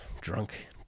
drunk